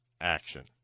action